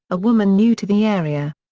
a woman new to the area.